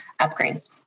upgrades